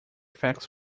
effects